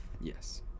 Yes